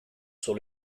sur